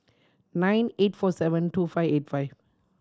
nine eight four seven two five eight five